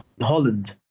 Holland